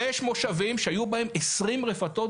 יש מושבים שהיו בהם 20 רפתות,